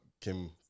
kim